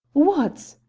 what?